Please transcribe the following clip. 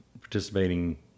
participating